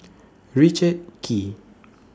Richard Kee